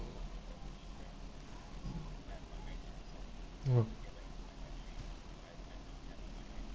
oh